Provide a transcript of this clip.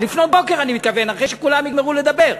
לפנות בוקר, אני מתכוון, אחרי שכולם יגמרו לדבר.